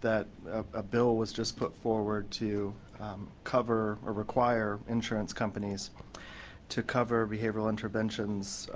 that a bill was put forward to cover, ah require insurance companies to cover behavioral interventions